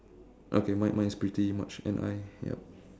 okay mine mine is pretty much and I yup